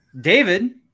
David